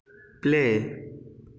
play